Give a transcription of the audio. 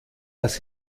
das